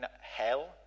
hell